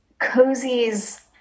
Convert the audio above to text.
cozies